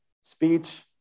speech